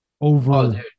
over